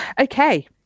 Okay